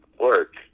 work